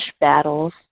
Battles